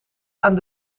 aan